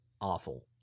awful